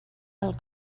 del